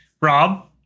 Rob